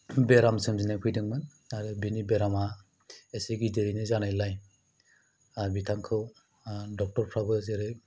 बेराम सोमजिनाय फैदोंमोन आरो बिनि बेरामा इसे गिदिरैनो जानायलाय बिथांखौ डक्टरफ्राबो जेरै